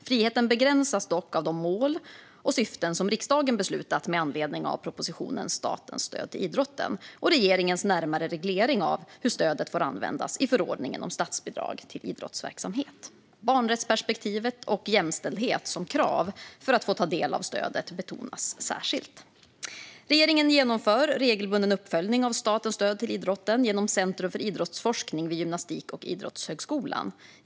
Friheten begränsas dock av de mål och syften som riksdagen beslutat med anledning av propositionen Statens stöd till idrotten och regeringens närmare reglering av hur stödet får användas i förordningen om statsbidrag till idrottsverksamhet. Barnrättsperspektivet och jämställdhet som krav för att få del av stödet betonas särskilt. Regeringen genomför regelbunden uppföljning av statens stöd till idrotten genom Centrum för idrottsforskning vid Gymnastik och idrottshögskolan.